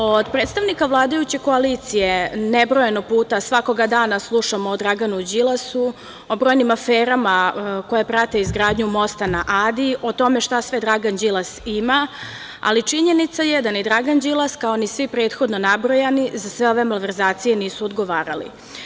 Od predstavnika vladajuće koalicije nebrojano puta, svakoga dana, slušamo o Draganu Đilasu, o brojnim aferama koje prate izgradnju Mosta na Adi, o tome šta sve Dragan Đilas ima, ali činjenica je da ni Dragan Đilas, kao ni svi prethodno nabrojani, za sve ove malverzacije nisu odgovarali.